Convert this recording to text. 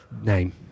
name